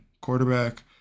quarterback